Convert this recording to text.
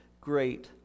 great